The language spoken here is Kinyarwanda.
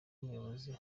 umuyobozi